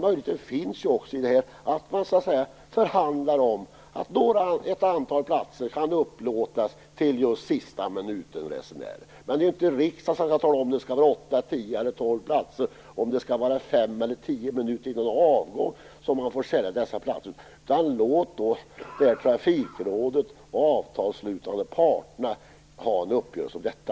Möjligheten finns att man förhandlar om att ett antal platser kan upplåtas till just sista-minuten-resenärer. Men det är inte riksdagen som skall säga om det skall vara åtta, tio eller tolv platser eller om det skall vara fem eller tio minuter innan avgång som man får sälja dessa platser. Låt trafikrådet och de avtalsslutande parterna träffa en uppgörelse om detta.